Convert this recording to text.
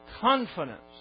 confidence